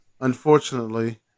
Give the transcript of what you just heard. Unfortunately